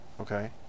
okay